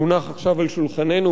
שהונח עכשיו על שולחננו,